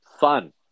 fun